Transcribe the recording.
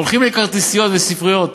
הולכים לכרטיסיות בספריות,